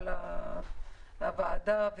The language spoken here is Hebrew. על הוועדה,